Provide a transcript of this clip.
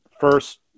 first